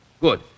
Good